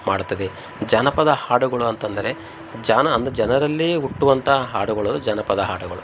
ಮಾಡ್ತದೆ ಜಾನಪದ ಹಾಡುಗಳು ಅಂತಂದರೆ ಜಾನ ಅಂದ್ರೆ ಜನರಲ್ಲೇ ಹುಟ್ಟುವಂಥ ಹಾಡುಗಳು ಜಾನಪದ ಹಾಡುಗಳು